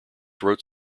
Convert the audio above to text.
wrote